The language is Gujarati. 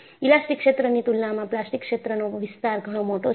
ઈલાસ્ટીક ક્ષેત્રની તુલનામાં પ્લાસ્ટિક ક્ષેત્રનો વિસ્તાર ઘણો મોટો છે